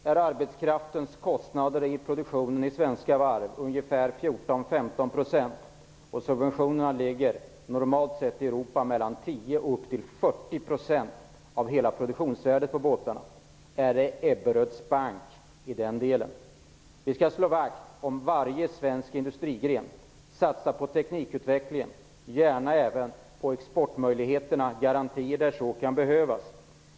När arbetskraftens kostnader för produktionen i svenska varv är ungefär 14-15 % och subventionerna i Europa normalt sett ligger mellan 10 Vi skall slå vakt om varje svensk industrigren, satsa på teknikutvecklingen - gärna även på exportmöjligheterna - och ge garantier där så kan behövas.